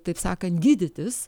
taip sakan gydytis